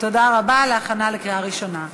תודה רבה, להכנה לקריאה ראשונה.